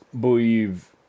believe